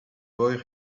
boy